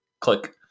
click